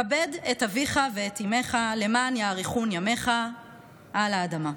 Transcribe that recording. "כבד את אביך ואת אמך למען יארכון ימיך על האדמה"